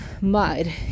mud